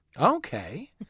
Okay